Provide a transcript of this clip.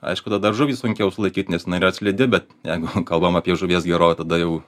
aišku tada žuvį sunkiau sulaikyt nes jinai yra slidi bet jeigu kalbam apie žuvies gerovę tada jau